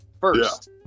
first